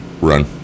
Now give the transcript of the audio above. Run